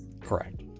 correct